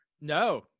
No